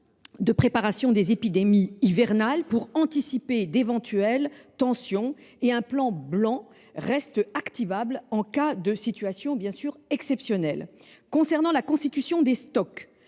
de préparation des épidémies hivernales pour anticiper d’éventuelles tensions. En outre, un plan blanc reste activable en cas de situation exceptionnelle. Concernant la constitution des stocks,